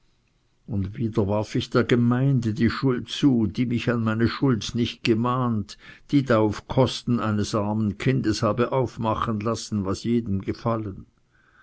und wieder warf ich der gemeinde die schuld zu die mich an meine schuld nicht gemahnt die da auf kosten eines armen kindes habe aufmachen lassen was jedem gefallen